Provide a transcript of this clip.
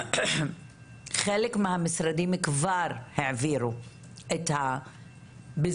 חלק מהמשרדים כבר העבירו בזמנו,